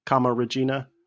Regina